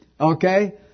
okay